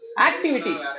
Activities